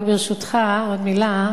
רק, ברשותך, עוד מלה.